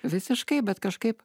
visiškai bet kažkaip